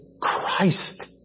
Christ